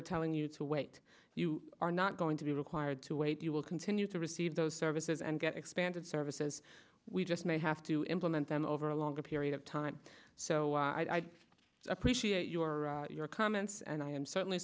of telling you to wait you are not going to be required to wait you will continue to receive those services and get expanded services we just may have to implement them over a longer period of time so i appreciate your your comments and i am certainly